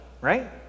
right